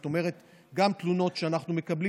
זאת אומרת גם תלונות שאנחנו מקבלים